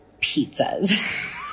pizzas